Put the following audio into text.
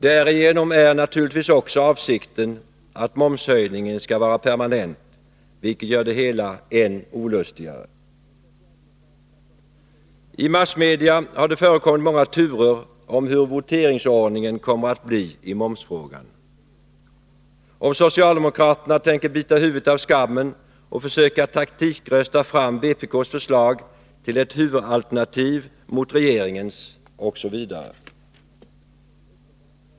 Därigenom är naturligtvis också avsikten att momshöjningen skall vara permanent, vilket gör det hela än olustigare. I massmedia har det förekommit många turer om hur voteringsordningen kommer att bli i momsfrågan, om socialdemokraterna tänker bita huvudet av skammen och försöka taktikrösta fram vpk:s förslag till ett huvudalternativ mot regeringens osv.